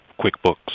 QuickBooks